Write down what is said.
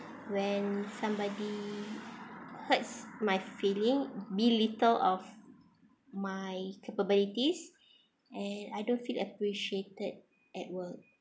when somebody hurt my feeling belittle of my capabilities and I don't feel appreciated at work